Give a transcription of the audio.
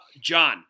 John